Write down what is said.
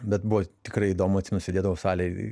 bet buvo tikrai įdomu atsimenu sėdėdavau salėj